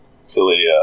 silly